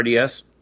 RDS